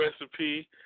recipe